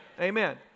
Amen